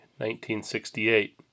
1968